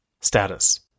Status